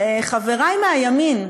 חברי מהימין,